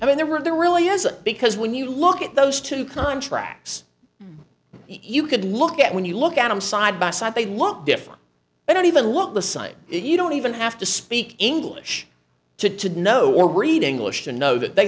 i mean there were there really isn't because when you look at those two contracts you could look at when you look at them side by side they look different i don't even look at the site you don't even have to speak english to to know or read english to know that